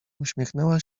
uśmiechnęła